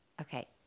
Okay